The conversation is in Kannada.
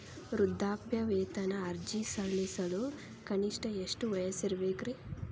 ವೃದ್ಧಾಪ್ಯವೇತನ ಅರ್ಜಿ ಸಲ್ಲಿಸಲು ಕನಿಷ್ಟ ಎಷ್ಟು ವಯಸ್ಸಿರಬೇಕ್ರಿ?